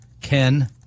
ken